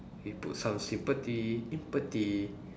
we put some sympathy empathy